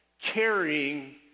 carrying